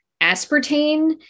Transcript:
aspartame